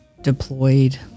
deployed